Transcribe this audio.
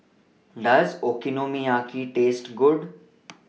Does Okonomiyaki Taste Good